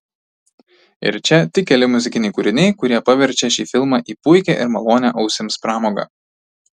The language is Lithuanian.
ir čia tik keli muzikiniai kūriniai kurie paverčia šį filmą į puikią ir malonią ausims pramogą